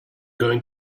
going